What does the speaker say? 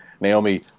Naomi –